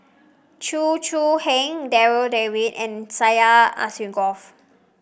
Chew Choo Keng Darryl David and Syed Alsagoff